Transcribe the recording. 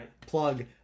plug